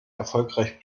erfolgreich